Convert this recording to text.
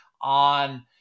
on